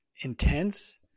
intense